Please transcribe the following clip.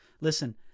Listen